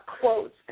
quotes